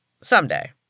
Someday